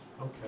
Okay